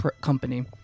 company